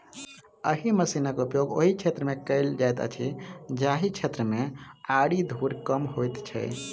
एहि मशीनक उपयोग ओहि क्षेत्र मे कयल जाइत अछि जाहि क्षेत्र मे आरि धूर कम होइत छै